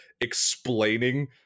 explaining